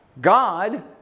God